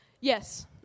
Yes